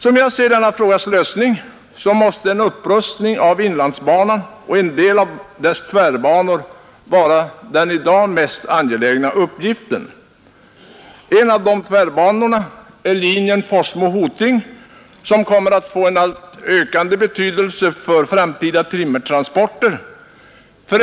Som jag ser denna frågas lösning, måste en upprustning av inlandsbanan och en del av dess tvärbanor vara den i dag mest angelägna uppgiften. En av tvärbanorna är linjen Forsmo—Hoting, som kommer att få en ökande betydelse för framtida timmertransporter.